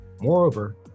Moreover